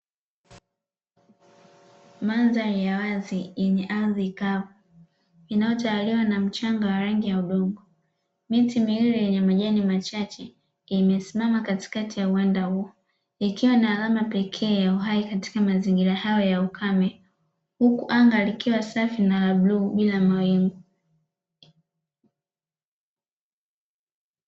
Mandhari ya wazi yenye ardhi kavu, inayotawaliwa na mchanga wa rangi ya udongo, miti miwili yenye majani machache imesimama katikati ya uwanda huu, ikiwa ni alama pekee ya uhai katika mazingira hayo ya ukame, huku anga lilkiwa safi na la bluu bila mawingu.